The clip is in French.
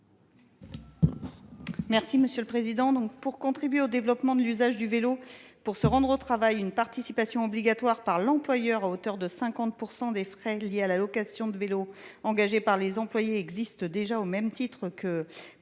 est à Mme Nadège Havet. Pour contribuer au développement de l’usage du vélo pour se rendre au travail, une participation obligatoire de l’employeur, à hauteur de 50 % des frais de location de vélos engagés par les employés, existe déjà, au même titre que